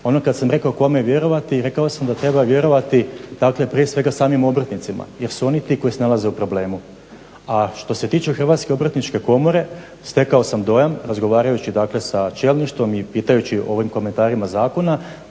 Ono kad sam rekao kome vjerovati rekao sam da treba vjerovati dakle prije svega samim obrtnicima jer su oni ti koji se nalaze u problemu. A što se tiče Hrvatske obrtničke komore stekao sam dojam razgovarajući dakle sa čelništvom i pitajući o ovim komentarima zakona,